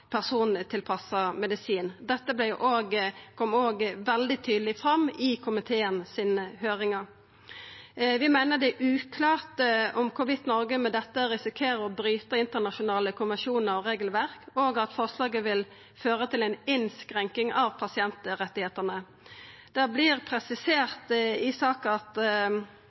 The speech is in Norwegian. persontilpassa medisin. Dette kom òg veldig tydeleg fram i høyringa i komiteen. Vi meiner det er uklart om Noreg med dette risikerer å bryta internasjonale konvensjonar og regelverk, og at forslaget vil føra til ei innskrenking av pasientrettane. Det vert presisert i saka at